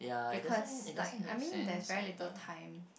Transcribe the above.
because like I mean there's very little time